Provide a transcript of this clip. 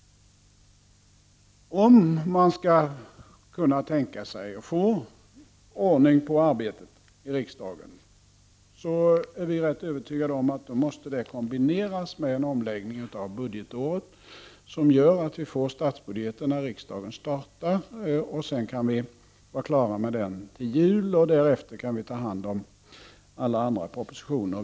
Om man skall kunna tänka sig att få ordning på arbetet i riksdagen, är vi rätt övertygade om att detta måste kombineras med en omläggning av budgetåret som gör att vi får statsbudgeten när riksdagen startar. Sedan kan vi vara klara med den till jul, och sedan kan vi ta hand om alla andra propositioner.